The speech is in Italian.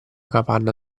capanna